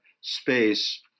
space